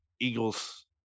Eagles